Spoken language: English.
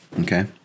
Okay